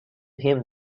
him